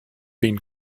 been